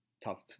Tough